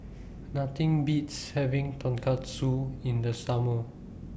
Nothing Beats having Tonkatsu in The Summer